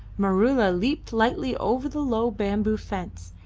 maroola leaped lightly over the low bamboo fence,